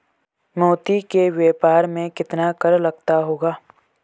मोती के व्यापार में कितना कर लगता होगा?